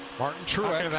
martin truex.